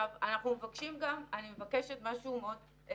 אני מבקשת משהו מאוד מוגדר.